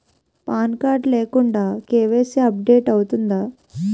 Pan card లేకుండా KYC update అవుతుందా?